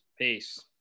peace